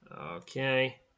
Okay